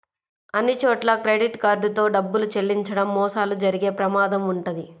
అన్నిచోట్లా credit card తో డబ్బులు చెల్లించడం మోసాలు జరిగే ప్రమాదం వుంటది